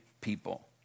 people